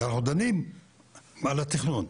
כי אנחנו דנים על התכנון,